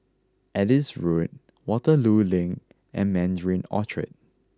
Adis Road Waterloo Link and Mandarin Orchard